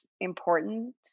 important